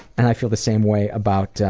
and i feel the same way about